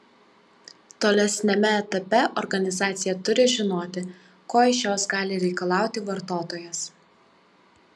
tolesniame etape organizacija turi žinoti ko iš jos gali reikalauti vartotojas